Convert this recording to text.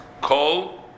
call